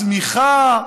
צמיחה.